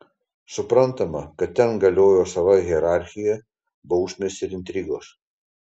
suprantama kad ten galiojo sava hierarchija bausmės ir intrigos